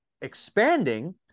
expanding